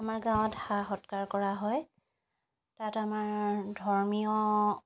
আমাৰ গাঁৱত সেৱা সৎকাৰ কৰা হয় তাত আমাৰ ধৰ্মীয়